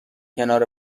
کنار